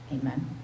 Amen